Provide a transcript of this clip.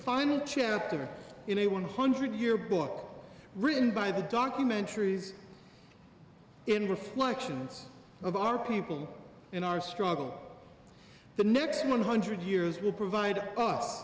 final chapter in a one hundred year book written by the documentaries and reflections of our people in our struggle the next one hundred years will provide